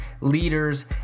leaders